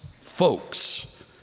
folks